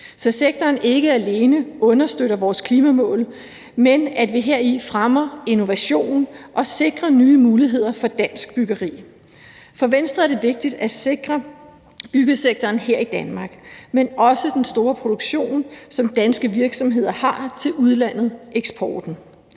så sektoren ikke alene understøtter vores klimamål, men at vi heri fremmer innovation og sikrer nye muligheder for dansk byggeri. For Venstre er det vigtigt at sikre byggesektoren her i Danmark, men også den store produktion, som danske virksomheder har til udlandet, altså eksporten,